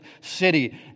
city